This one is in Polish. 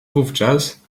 wówczas